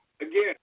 again